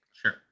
Sure